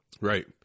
Right